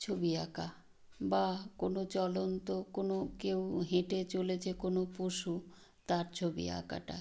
ছবি আঁকা বা কোনো চলন্ত কোনো কেউ হেঁটে চলেছে কোনো পশু তার ছবি আঁকাটা